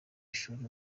ishuri